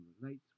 relates